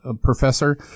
professor